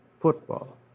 football